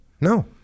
No